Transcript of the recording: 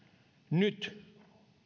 nyt